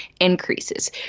increases